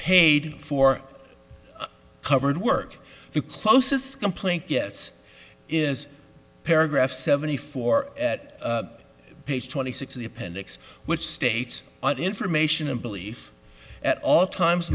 paid for covered work the closest complaint gets is paragraph seventy four at page twenty six the appendix which states on information and belief at all times